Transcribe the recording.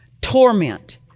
Torment